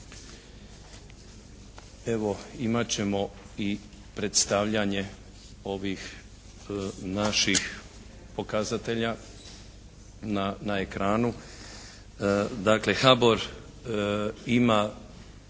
Evo imat ćemo i predstavljanje ovih naših pokazatelja na ekranu. Dakle HBOR ima